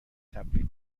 تبدیل